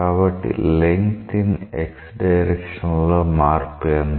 కాబట్టి length in x direction లో మార్పు ఎంత